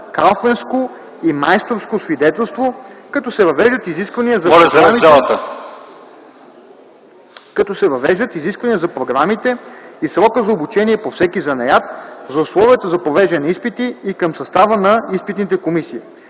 калфенско и майсторско свидетелство, като се въвеждат изисквания за програмите и срока за обучение по всеки занаят, за условията за провеждане на изпити и към състава на изпитните комисии.